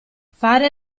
fare